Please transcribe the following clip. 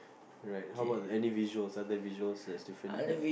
right how about any visuals are there visuals that's different